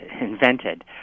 invented